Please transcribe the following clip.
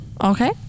Okay